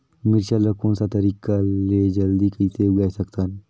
मिरचा ला कोन सा तरीका ले जल्दी कइसे उगाय सकथन?